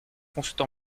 construite